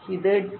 ഇത് T